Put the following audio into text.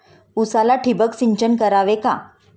उसाला ठिबक सिंचन करावे का?